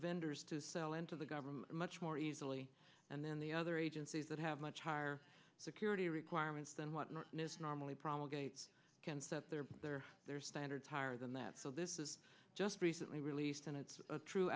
vendors to sell into the government much more easily and then the other agencies that have much higher security requirements than what it is normally promulgated can set their their their standards higher than that so this is just recently released and it's a true